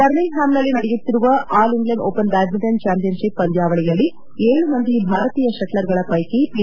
ಬರ್ಮಿಂಗ್ಹ್ಯಾಮ್ನಲ್ಲಿ ನಡೆಯುತ್ತಿರುವ all England open badminton championship ಪಂದ್ಯಾವಳಿಯಲ್ಲಿ ಏಳು ಮಂದಿ ಭಾರತೀಯ ಷಟ್ಲರ್ಗಳ ಪೈಕಿ ಪಿ